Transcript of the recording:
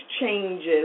changes